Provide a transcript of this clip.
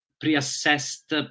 pre-assessed